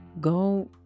Go